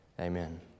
Amen